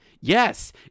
Yes